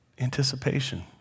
Anticipation